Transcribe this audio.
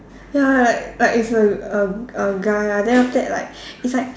ya like like it's a a a guy lah then after that like it's like